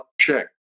check